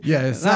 Yes